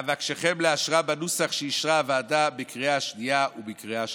אבקשכם לאשרה בנוסח שאישרה הוועדה בקריאה השנייה ובקריאה השלישית.